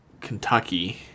Kentucky